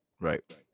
Right